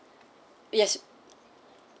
yes